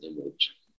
image